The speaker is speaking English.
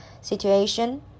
situation